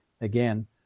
again